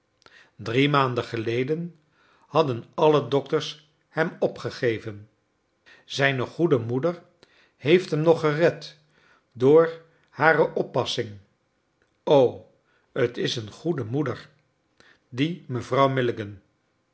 drie maanden geleden hadden alle dokters hem opgegeven zijne goede moeder heeft hem nog gered door hare oppassing o t is een goede moeder die mevrouw